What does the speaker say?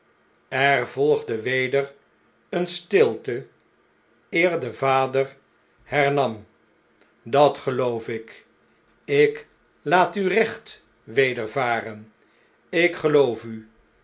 er volgde weder eene stilte eer de vader hernam dat geloof ik ik laat u recht wedervaren ik geloof u